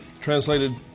translated